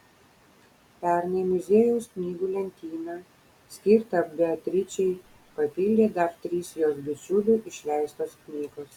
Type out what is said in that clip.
pernai muziejaus knygų lentyną skirtą beatričei papildė dar trys jos bičiulių išleistos knygos